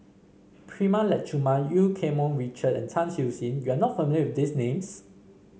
Prema Letchumanan Eu Keng Mun Richard and Tan Siew Sin you are not familiar with these names